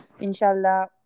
inshallah